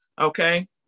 okay